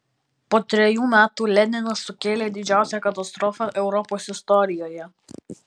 po trejų metų leninas sukėlė didžiausią katastrofą europos istorijoje